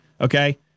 Okay